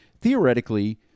theoretically—